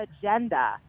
agenda